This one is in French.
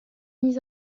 nids